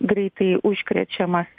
greitai užkrečiamas